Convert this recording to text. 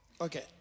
Okay